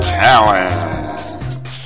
talent